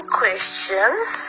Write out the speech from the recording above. questions